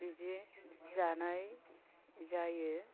बिदि जानाय जायो